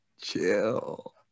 chill